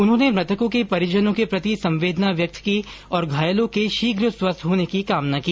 उन्होंने मृतकों के परिजन के प्रति संवेदना व्यक्त की और घायलों के शीघ्र स्वस्थ होने की कामना की